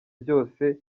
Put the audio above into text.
byose